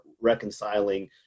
reconciling